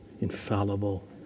infallible